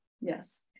yes